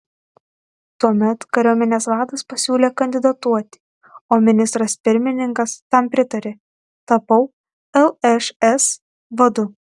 tuomet kariuomenės vadas pasiūlė kandidatuoti o ministras pirmininkas tam pritarė tapau lšs vadu